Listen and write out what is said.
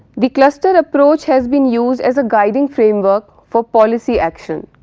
the cluster approach has been used as a guiding framework for policy action,